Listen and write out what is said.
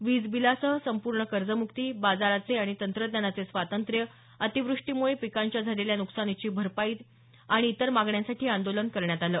वीज बिलासह संपूर्ण कर्जम्क्ती बाजाराचे आणि तंत्रज्ञानाचे स्वातंत्र्य अतिवृष्टीम्ळे पिकांच्या झालेल्या नुकसानीची भरपाई देणंया आणि इतर मागण्यांसाठी हे आंदोलन करण्यात आलं